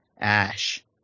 Ash